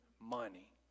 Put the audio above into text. money